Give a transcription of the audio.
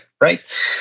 Right